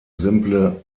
simple